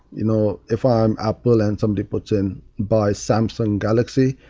you know, if i'm apple and somebody puts in by samsung galaxy,